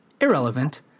irrelevant